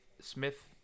Smith